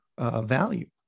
value